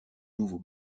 nouveau